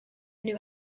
knew